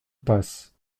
passe